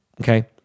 okay